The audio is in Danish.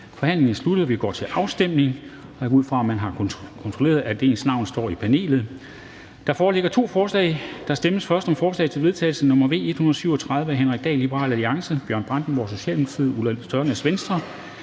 Forhandlingen er sluttet, og vi går til afstemning. Jeg går ud fra, at man har kontrolleret, at ens navn står i panelet. Der foreligger to forslag. Der stemmes først om forslag til vedtagelse nr. V 137 af Henrik Dahl (LA), Bjørn Brandenborg (S), Ulla Tørnæs